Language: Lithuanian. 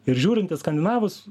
ir žiūrint į skandinavus